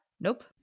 Nope